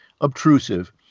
obtrusive